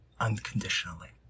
unconditionally